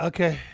Okay